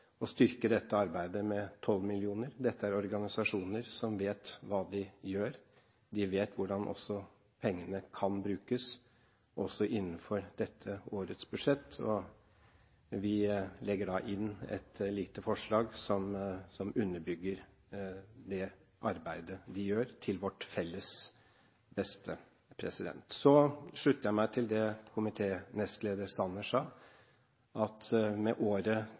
å styrke arbeidet til de frivillige organisasjonene, som arbeider blant dem av oss i dette landet som har det tyngst, ikke minst i den tiden vi nå går inn i, med 12 mill. kr. Dette er organisasjoner som vet hva de gjør. De vet hvordan pengene kan brukes, også innenfor dette årets budsjett, så vi legger inn et lite forslag som underbygger det arbeidet de gjør til vårt felles